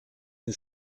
den